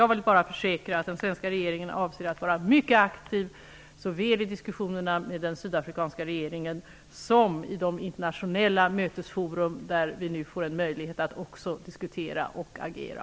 Jag vill bara försäkra att den svenska regeringen avser att vara mycket aktiv såväl i diskussionerna med den sydafrikanska regeringen som i de internationella mötesforum där vi nu också får en möjlighet att diskutera och agera.